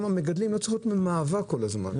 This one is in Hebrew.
המגדלים לא צריכים להיות במאבק כל הזמן,